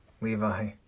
Levi